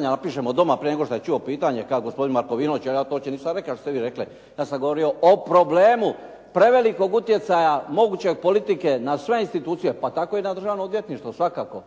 napišemo doma prije nego što čujemo pitanje kao gospodin Markovinović jer ja uopće to nisam rekao što ste vi rekli. Ja sam govorio o problemu prevelikog utjecaja mogućeg politike na sve institucije, pa tako i na državno odvjetništvo svakako.